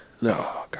No